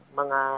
mga